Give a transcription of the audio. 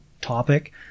topic